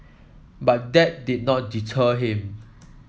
but that did not deter him